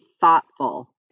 thoughtful